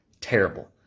Terrible